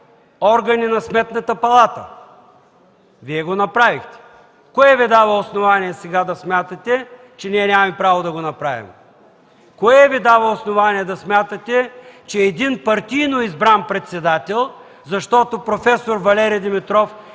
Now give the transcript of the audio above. органи на Сметната палата. Вие го направихте. Кое Ви дава основание сега да смятате, че ние нямаме право да го направим? Кое Ви дава основание да смятате, че един партийно избран председател, защото проф. Валери Димитров е